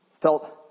Felt